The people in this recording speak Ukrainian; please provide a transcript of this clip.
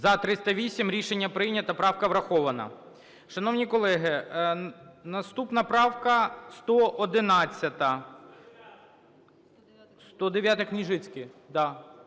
За-308 Рішення прийнято. Правка врахована. Шановні колеги, наступна правка 111. 109-а, Княжицький.